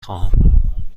خواهم